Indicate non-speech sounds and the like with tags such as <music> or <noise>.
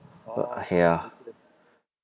<noise> ya